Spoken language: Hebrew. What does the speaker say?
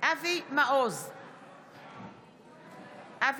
אבי מעוז,